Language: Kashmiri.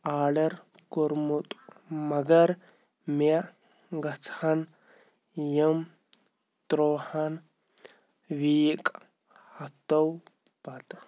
آرڈر کوٚرمُت مگر مےٚ گژھہِ ہان یِم ترٛوہَن ویٖک ہفتو پتہٕ